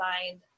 find